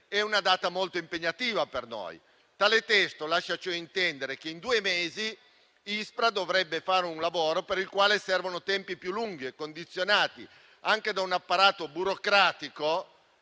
2025 è molto impegnativa per noi. Tale testo lascia intendere che in due mesi l'ISPRA dovrebbe fare un lavoro per il quale servono tempi più lunghi e condizionati anche da un apparato burocratico